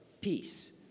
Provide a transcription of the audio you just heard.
peace